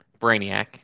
Brainiac